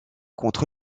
contre